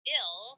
ill